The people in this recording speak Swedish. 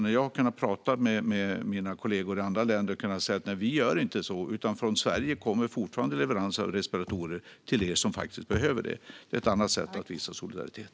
När jag har talat med mina kollegor i andra länder har jag kunnat säga: Vi gör inte så, utan från Sverige kommer fortfarande leveranser av respiratorer till er som faktiskt behöver det. Det är ett annat sätt att visa solidaritet.